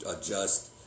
adjust